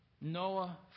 Noah